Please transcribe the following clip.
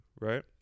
right